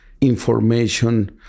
information